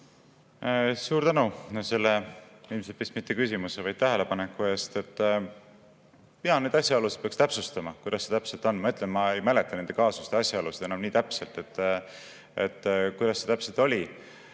Suur tänu selle ilmselt mitte küsimuse, vaid tähelepaneku eest! Jaa, neid asjaolusid peaks täpsustama, kuidas see täpselt on. Ma ütlen, ma ei mäleta nende kaasuste asjaolusid enam nii täpselt, kuidas see täpselt oli.